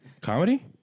comedy